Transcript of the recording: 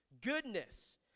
goodness